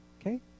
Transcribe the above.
Okay